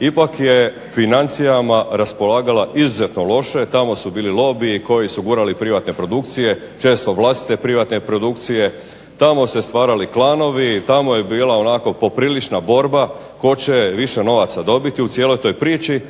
ipak je financijama raspolagala izuzetno loše, tamo su bili lobiji koji su gurali privatne produkcije, često vlastite privatne produkcije, tamo su se stvarali klanovi, tamo je bila poprilična borba tko će više novca dobiti, u cijeloj toj priči,